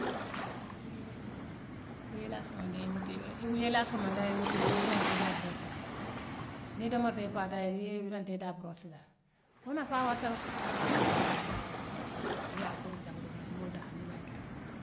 yee yee laa somondaa iwulta bari i wu yyee laa somondaa iwulta ibee yeena ita daa buroossula niŋ i domorta i faata yee wuli yetaa idaa buroossula woo nafaa wartale nafaa baa lemu a nafaa warta baake biriŋ a funtita kodo dula aye mool dahandi baake.